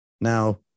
Now